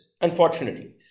unfortunately